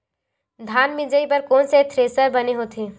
धान मिंजई बर कोन से थ्रेसर बने होथे?